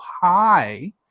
high